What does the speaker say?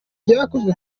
byakozwe